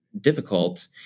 difficult